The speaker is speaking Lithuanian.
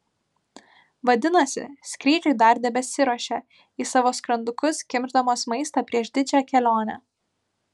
vadinasi skrydžiui dar tebesiruošia į savo skrandukus kimšdamos maistą prieš didžią kelionę